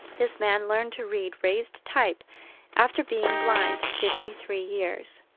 this man learned to read raised type after being blind fifty-three years.